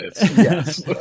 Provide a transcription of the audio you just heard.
Yes